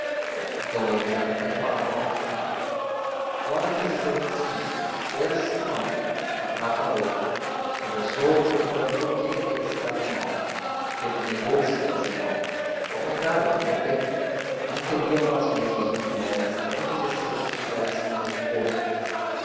então ele já lhe tem falado mal de mim flora quis dizer que sim depois que não afinal calou desconversou perguntando por que eles se davam mal pedro negou que se dessem mal ao contrário viviam bem não teriam as mesmas opiniões e também podia ser que tivessem o mesmo gosto